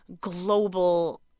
global